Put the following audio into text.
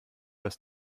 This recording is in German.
das